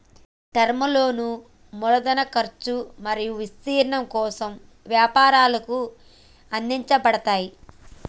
term లోన్లు మూలధన ఖర్చు మరియు విస్తరణ కోసం వ్యాపారాలకు అందించబడతయ్